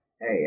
hey